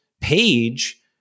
page